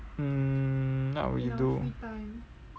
hmm what we do